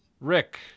Rick